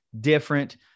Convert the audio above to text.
different